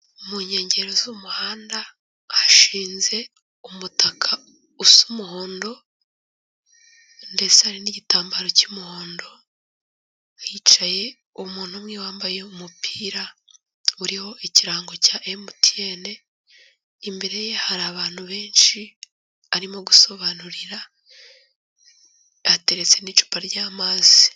Mu nkengero z'umuhanda hashinze umutaka usa umuhondo, ndetse hari n'igitambaro cy'umuhondo, hicaye umuntu umwe wambaye umupira uriho ikirango cya MTN, imbere ye hari abantu benshi arimo gusobanurira, hateretse n'icupa ry'amazi.